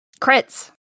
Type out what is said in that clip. Crits